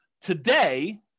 Today